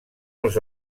els